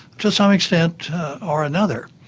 to some extent or another.